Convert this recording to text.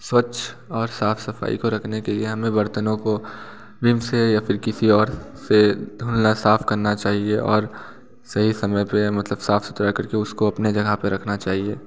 स्वच्छ और साफ़ सफ़ाई को रखने के लिए हमें बर्तनों को विम से या फिर किसी और से धोना साफ़ करना चाहिए और सही समय पर मतलब साफ़ सुथरा कर के उसको अपने जगह पर रखना चाहिए